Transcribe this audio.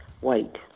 white